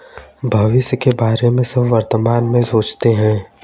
भविष्य के बारे में सब वर्तमान में सोचते हैं